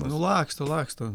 nu laksto laksto